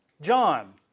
John